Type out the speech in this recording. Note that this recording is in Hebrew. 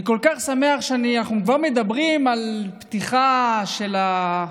אני כל כך שמח שאנחנו כבר מדברים על פתיחה של,